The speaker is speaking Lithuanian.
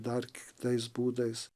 dar kitais būdais